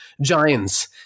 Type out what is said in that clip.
giants